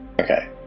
Okay